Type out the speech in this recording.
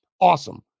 awesome